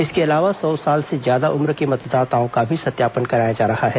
इसके अलावा सौ साल से ज्यादा उम्र के मतदाताओं का भी सत्यापन कराया जा रहा है